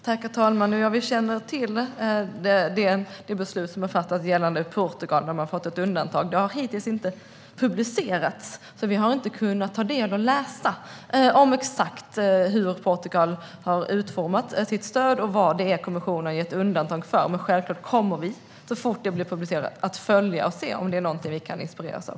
Herr talman! Ja, vi känner till det beslut som är fattat gällande Portugal, som har fått ett undantag. Det har hittills inte publicerats, så vi har inte kunnat ta del av det och läsa exakt hur Portugal har utformat sitt stöd och vad det är kommissionen har gett undantag för. Självklart kommer vi att ta del av det så fort det har blivit publicerat. Då kommer vi att följa och se om det är något vi kan inspireras av.